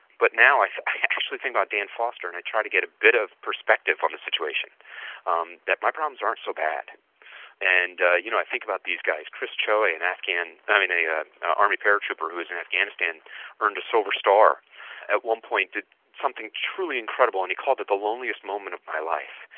but now i i actually think about dan foster and i try to get a bit of perspective on the situation um that my problems aren't so bad and you know i think about these guys, chris choay in and afghan, i mean a yeah army paratrooper who is in afghanistan earned a silver star at one point did something truly incredible and he called it the loneliest moment of my life.